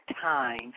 time